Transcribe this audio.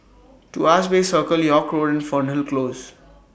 Tuas Bay Circle York Road and Fernhill Close